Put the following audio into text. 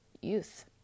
youth